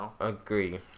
agree